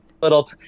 little